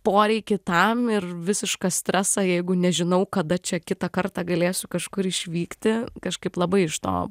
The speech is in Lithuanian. poreikį tam ir visišką stresą jeigu nežinau kada čia kitą kartą galėsiu kažkur išvykti kažkaip labai iš to